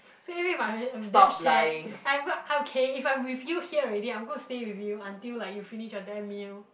so anyway but I am damn shag I'm will okay if I'm with you here already I'm gonna stay with you until like you finish your damn meal